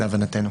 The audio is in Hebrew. להבנתנו.